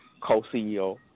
co-CEO